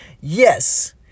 Yes